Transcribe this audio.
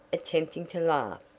attempting to laugh.